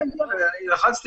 הרווחה.